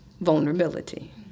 vulnerability